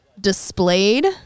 displayed